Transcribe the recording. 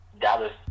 Dallas